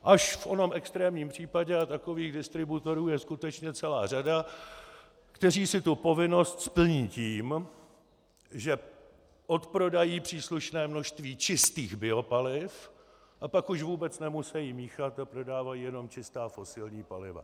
Až v onom extrémním případě, a takových distributorů je skutečně celá řada, kteří si tu povinnost splní tím, že odprodají příslušné množství čistých biopaliv, a pak už vůbec nemusejí míchat a prodávají jenom čistá fosilní paliva.